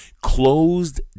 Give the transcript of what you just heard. closed